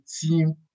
team